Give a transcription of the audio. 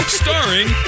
starring